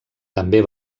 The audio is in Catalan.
també